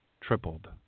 tripled